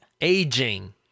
Aging